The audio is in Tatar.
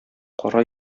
кара